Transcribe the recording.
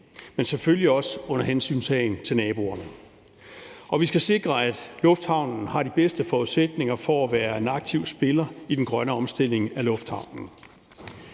men selvfølgelig også under hensyntagen til naboerne. Og vi skal sikre, at lufthavnen har de bedste forudsætninger for at være en aktiv spiller i den grønne omstilling af lufthavnen.